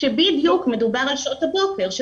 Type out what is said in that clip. ומדובר על שעות הבוקר,